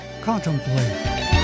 Contemplate